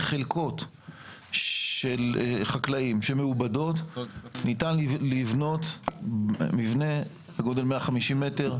בחלקות מעובדות של חקלאים ניתן לבנות מבנה בגודל 150 מטרים.